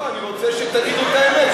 אני רוצה שתגידו את האמת,